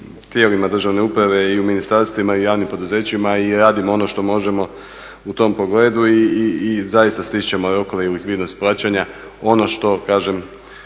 tijelima državne uprave i u ministarstvima i javnim poduzećima i radimo ono što možemo u tom pogledu i zaista stišćemo rokove i likvidnost plaćanja. Ono što kažem